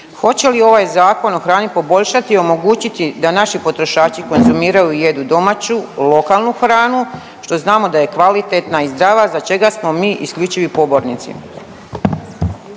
Hoće li ovaj Zakon o hrani poboljšati i omogućiti da naši potrošači konzumiraju i jedu domaću lokalnu hranu što znamo da je kvalitetna i zdrava za čega smo mi isključivi pobornici?